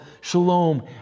Shalom